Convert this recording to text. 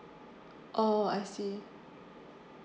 oh I see